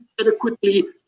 adequately